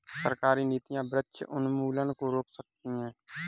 सरकारी नीतियां वृक्ष उन्मूलन को रोक सकती है